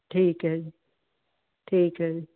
ਠੀਕ ਹੈ ਜੀ ਠੀਕ ਹੈ ਜੀ